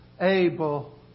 able